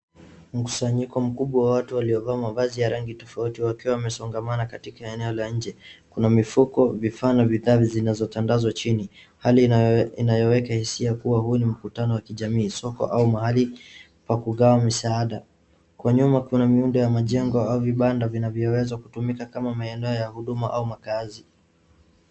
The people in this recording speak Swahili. Mkusanyiko mkubwa wa watu waliovaa mavazi ya rangi tofauti wakiwa wamesongamana katika eneo la nje. Kuna mifuko, vifaa na bidhaa zinazotandazwa chini, hali inayoweka hisia kuwa huu ni mkutano wa kijamii, soko au mahali pa kugawa misaada. Kwa nyuma kuna miundo ya majengo au vibanda vinavyoweza kutumika kama maeneo ya huduma au makaazi.